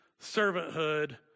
servanthood